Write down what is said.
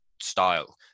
style